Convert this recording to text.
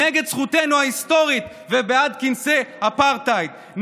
נגד זכותנו ההיסטורית ובעד כנסי אפרטהייד,